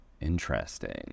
Interesting